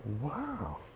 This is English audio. Wow